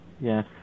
Yes